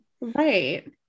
right